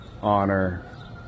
honor